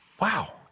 Wow